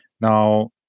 now